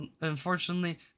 Unfortunately